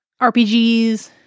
RPGs